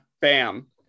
bam